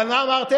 אבל מה אמרתם?